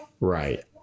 Right